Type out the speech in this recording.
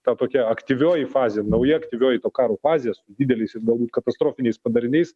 ta tokia aktyvioji fazė nauja aktyvioji to karo fazė su dideliais ir galbūt katastrofiniais padariniais